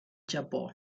japó